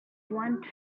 one